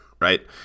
Right